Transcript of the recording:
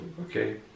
okay